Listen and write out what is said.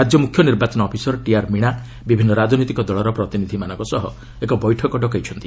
ରାଜ୍ୟ ମୁଖ୍ୟ ନିର୍ବାଚନ ଅଫିସର ଟିଆର୍ ମୀଣା ବିଭିନ୍ନ ରାଜନୈତିକ ଦଳର ପ୍ରତିନିଧ୍ୟମାନଙ୍କ ସହ ଏକ ବୈଠକ ଡକାଇଛନ୍ତି